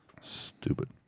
Stupid